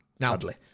sadly